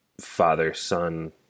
father-son